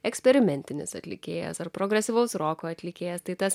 eksperimentinis atlikėjas ar progresyvaus roko atlikėjas tai tas